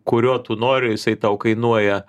kurio tu nori jisai tau kainuoja